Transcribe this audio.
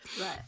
Right